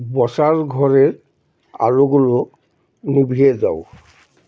বসার ঘরের আলোগুলো নিভিয়ে যাও